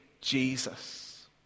Jesus